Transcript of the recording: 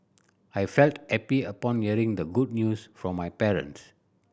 I felt happy upon hearing the good news from my parents